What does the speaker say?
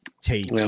take